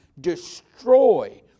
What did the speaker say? destroy